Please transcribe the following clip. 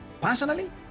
personally